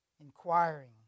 Inquiring